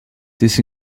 this